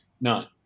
none